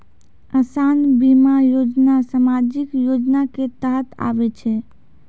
असान बीमा योजना समाजिक योजना के तहत आवै छै